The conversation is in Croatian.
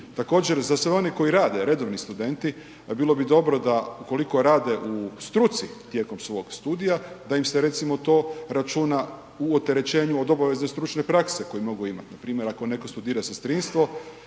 Također, za sve one koji rade, redovni studenti bilo bi dobro da ukoliko rade u struci tijekom svog studija da im se recimo to računa u oterećenju od obavezne stručne prakse koju mogu imati, npr. ako netko studira sestrinstvo